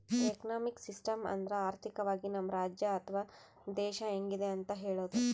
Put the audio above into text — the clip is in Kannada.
ಎಕನಾಮಿಕ್ ಸಿಸ್ಟಮ್ ಅಂದ್ರ ಆರ್ಥಿಕವಾಗಿ ನಮ್ ರಾಜ್ಯ ಅಥವಾ ದೇಶ ಹೆಂಗಿದೆ ಅಂತ ಹೇಳೋದು